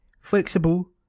flexible